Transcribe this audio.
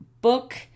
book